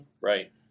Right